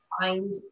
Find